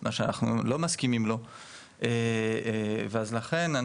מה שאנחנו לא מסכימים לו ואז לכן,